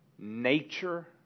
nature